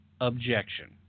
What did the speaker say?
objection